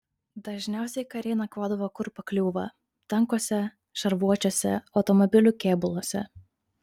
dažniausiai kariai nakvodavo kur pakliūva tankuose šarvuočiuose automobilių kėbuluose